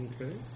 Okay